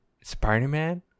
spider-man